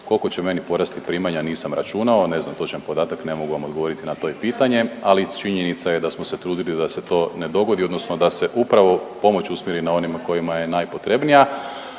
Koliko će meni porasti primanja, nisam računao, ne znam točan podatak, ne mogu vam odgovoriti na to pitanje, ali činjenica je da smo se trudili da se to ne dogodi, odnosno da se upravo pomoć usmjeri na one kojima je najpotrebnija,